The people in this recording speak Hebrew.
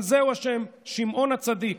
אבל זהו השם, שמעון הצדיק,